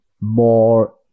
more